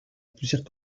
poussière